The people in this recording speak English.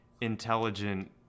intelligent